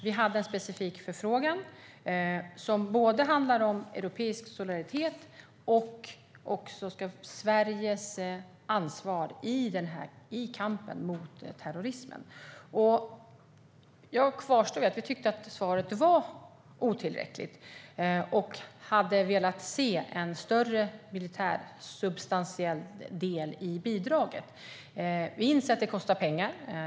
Vi hade en specifik förfrågan som handlade om både europeisk solidaritet och Sveriges ansvar i kampen mot terrorismen. Jag vidhåller att vi tyckte att svaret var otillräckligt och hade velat se en större militärt substantiell del i bidraget. Vi inser att det kostar pengar.